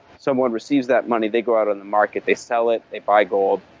someone receives that money, they go out on the market, they sell it, they buy gold,